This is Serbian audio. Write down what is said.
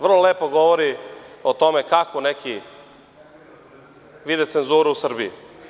Vrlo lepo govori o tome kako neki vide cenzuru u Srbiji.